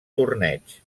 torneig